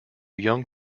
young